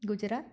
Gujarat